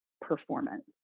performance